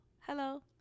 hello